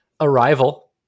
Arrival